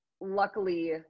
luckily